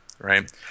right